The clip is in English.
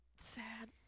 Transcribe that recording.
Sad